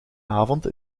avond